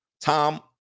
Tom